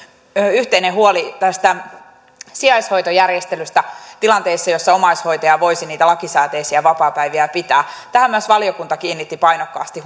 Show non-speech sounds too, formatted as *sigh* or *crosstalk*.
yhteinen huoli tästä sijaishoitojärjestelystä tilanteissa joissa omaishoitaja voisi niitä lakisääteisiä vapaapäiviään pitää tähän myös valiokunta kiinnitti painokkaasti *unintelligible*